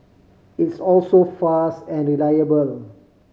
it's also fast and reliable